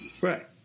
Right